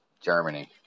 Germany